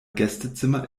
gästezimmer